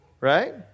right